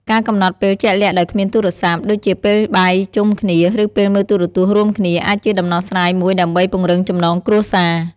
ការកំណត់ពេលជាក់លាក់ដោយគ្មានទូរស័ព្ទ ដូចជាពេលបាយជុំគ្នា ឬពេលមើលទូរទស្សន៍រួមគ្នា អាចជាដំណោះស្រាយមួយដើម្បីពង្រឹងចំណងគ្រួសារ។